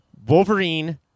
Wolverine